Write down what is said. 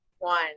one